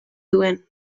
duen